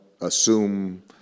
assume